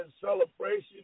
celebration